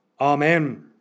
Amen